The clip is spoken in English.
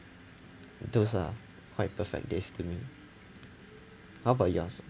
those are quite perfect days to me how about yours